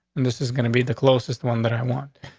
and this is gonna be the closest one that i want.